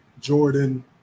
Jordan